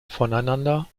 voneinander